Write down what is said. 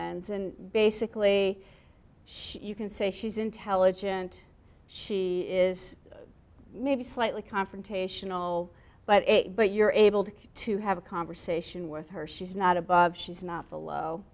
lens and basically she you can say she's intelligent she is maybe slightly confrontational but but you're able to have a conversation with her she's not above she's not below